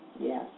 Yes